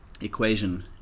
equation